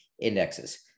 indexes